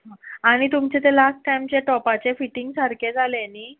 आनी तुमचे ते लास्ट टायमचे टॉपाचे फिटींग सारके जाले नी